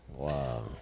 Wow